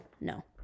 No